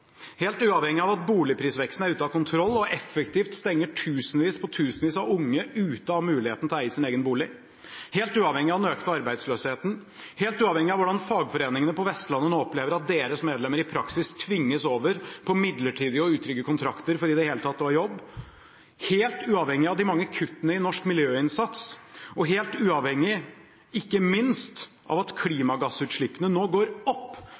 helt uavhengig av at boligprisveksten er ute av kontroll og effektivt stenger tusenvis på tusenvis av unge ute fra muligheten til å eie sin egen bolig, helt uavhengig av den økte arbeidsløsheten, helt uavhengig av at fagforeningene på Vestlandet nå opplever at deres medlemmer i praksis tvinges over på midlertidige og utrygge kontrakter for i det hele tatt å ha jobb, helt uavhengig av de mange kuttene i norsk miljøinnsats og helt uavhengig, ikke minst, av at klimagassutslippene nå går opp